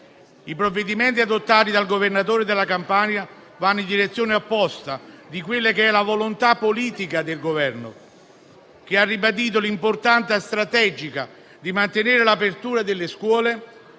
I provvedimenti adottati dal Governatore della Campania vanno in direzione opposta alla volontà politica del Governo, che ha ribadito l'importanza strategica di mantenere l'apertura delle scuole